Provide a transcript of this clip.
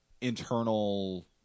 internal